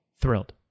Thrilled